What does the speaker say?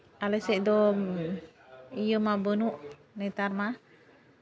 ᱟᱞᱮ ᱥᱮᱫ ᱫᱚ ᱤᱭᱟᱹ ᱢᱟ ᱵᱟᱹᱱᱩᱜ ᱱᱮᱛᱟᱨ ᱢᱟ